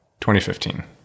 2015